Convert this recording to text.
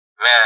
Man